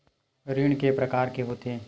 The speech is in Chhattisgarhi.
ऋण के प्रकार के होथे?